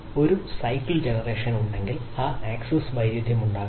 ഒരു cycle generation ഉണ്ടെങ്കിൽ ഒരു ആക്സസ് വൈരുദ്ധ്യമുണ്ടാകാം